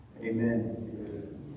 Amen